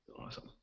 Awesome